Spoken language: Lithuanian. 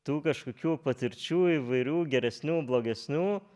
tų kažkokių patirčių įvairių geresnių blogesnių